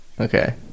Okay